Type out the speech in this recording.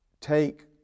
take